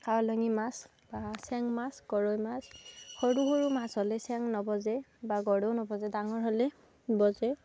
কাৱৈলাঙি মাছ বা চেং মাছ গৰৈ মাছ সৰু সৰু মাছ হ'লে চেং নবজে বা গৰৈয়ো নবজে ডাঙৰ হ'লে বজে